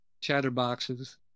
chatterboxes